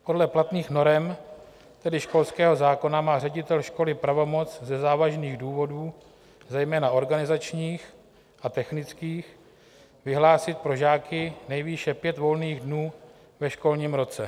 Podle platných norem, tedy školského zákona, má ředitel školy pravomoc ze závažných důvodů, zejména organizačních a technických, vyhlásit pro žáky nejvýše pět volných dnů ve školním roce.